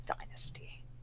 dynasty